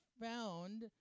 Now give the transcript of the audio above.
found